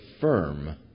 firm